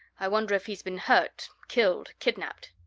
i wonder if he's been hurt, killed, kidnaped.